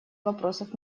вопросов